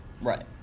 Right